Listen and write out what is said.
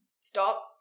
Stop